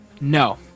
No